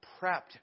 prepped